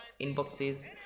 inboxes